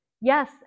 yes